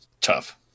tough